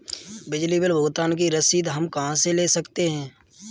बिजली बिल भुगतान की रसीद हम कहां से ले सकते हैं?